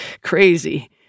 crazy